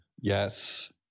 Yes